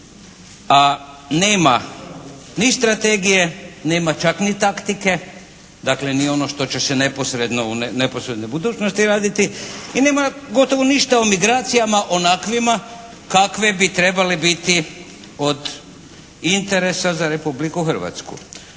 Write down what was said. a nema ni strategije, nema čak ni taktike, dakle ni ono što će se u neposrednoj budućnosti raditi i nema gotovo ništa o migracijama onakvima kakve bi trebale biti od interesa za Republiku Hrvatsku.